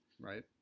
Right